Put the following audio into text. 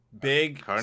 big